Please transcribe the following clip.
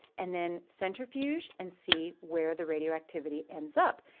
and then centrifuge and see where the radioactivity ends up,